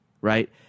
right